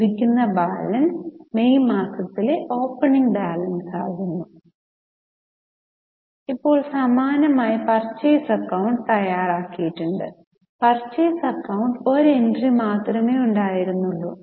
ലഭിക്കുന്ന balance May മാസത്തിലെ opening balance ആകുന്നു ഇപ്പോൾ സമാനമായി പർച്ചേസ് അക്കൌണ്ട് തയ്യാറാക്കിയിട്ടുണ്ട് പർച്ചേസ് അക്കൌണ്ട് ഒരു എൻട്രി മാത്രമേ ഉണ്ടായിരുന്നുള്ളൂ